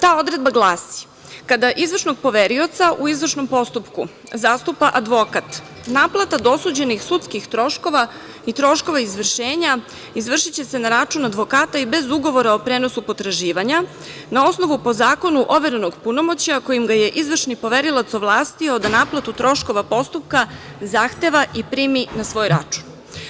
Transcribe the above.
Ta odredba glasi – kada izvršnog poverioca u izvršnom postupku zastupa advokat, naplata dosuđenih sudskih troškova i troškova izvršenja izvršiće se na račun advokata i bez ugovora o prenosu potraživanja, na osnovu po zakonu overenog punomoćja kojim ga je izvršni poverioc ovlastio da naplatu troškova postupka zahteva i primi na svoj račun.